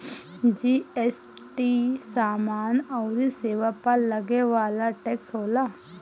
GST समाना अउरी सेवा पअ लगे वाला टेक्स होला